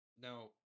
Now